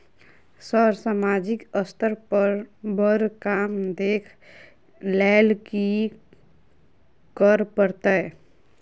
Sir सामाजिक स्तर पर बर काम देख लैलकी करऽ परतै?